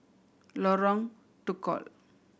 Lorong Tukol